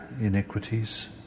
iniquities